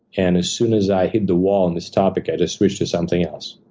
and as soon as i hit the wall on this topic, i just switch to something else.